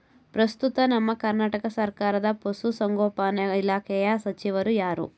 ಪ್ರಸ್ತುತ ನಮ್ಮ ಕರ್ನಾಟಕ ಸರ್ಕಾರದ ಪಶು ಸಂಗೋಪನಾ ಇಲಾಖೆಯ ಸಚಿವರು ಯಾರು?